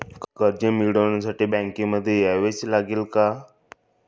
कर्ज मिळवण्यासाठी बँकेमध्ये यावेच लागेल का?